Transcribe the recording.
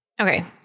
Okay